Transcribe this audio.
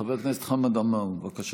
חבר הכנסת חמד עמאר, בבקשה.